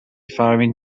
firing